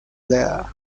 blair